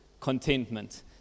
contentment